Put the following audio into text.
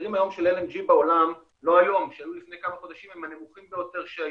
המחירים של LNG לפני כמה חודשים בעולם הם מהנמוכים ביותר שהיו.